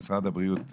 במשרד הבריאות,